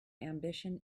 ambition